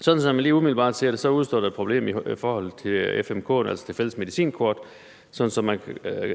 Sådan som jeg lige umiddelbart ser det, udestår der et problem i forhold til det fælles medicinkort, så man